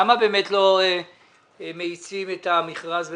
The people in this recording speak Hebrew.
למה באמת לא מאיצים את המכרז בבאקה?